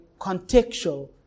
contextual